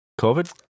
COVID